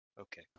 okay